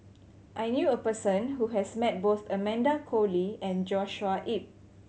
I knew a person who has met both Amanda Koe Lee and Joshua Ip